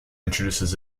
introduces